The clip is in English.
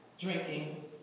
drinking